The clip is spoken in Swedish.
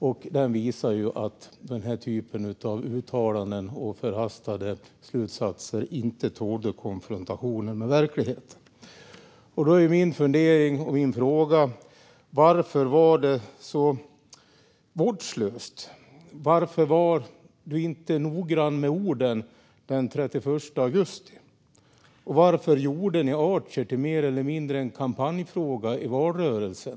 Det här visar också att den typen av uttalanden och förhastade slutsatser inte tålde konfrontationen med verkligheten. Varför var du så vårdslös, Ulf Kristersson? Varför var du inte noggrann med orden den 31 augusti? Varför gjorde ni Archer mer eller mindre till en kampanjfråga i valrörelsen?